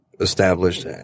established